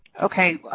okay.